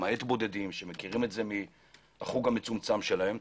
למעט בודדים שמכירים את זה מהחוג המצומצם שלהם.